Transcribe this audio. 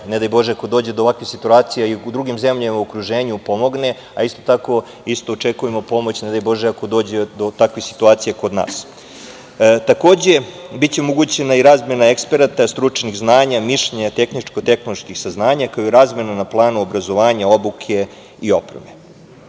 ne daj Bože, ako dođe do ovakvih situacija i u drugim zemljama u okruženju pomogne, a isto tako očekujemo pomoć, ne daj Bože, ako dođe do takvih situacija kod nas. Takođe, biće omogućena i razmena eksperata, stručnih znanja, mišljenja, tehničko-tehnoloških saznanja, kao i razmena na planu obrazovanja, obuke i opreme. Sa